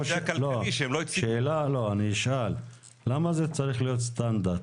השאלה, למה זה צריך להיות סטנדרט?